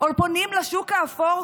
פונים לשוק האפור?